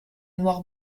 noir